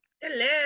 hello